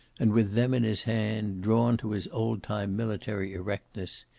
and with them in his hand, drawn to his old-time military erectness,